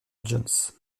jones